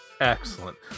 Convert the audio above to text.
excellent